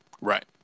Right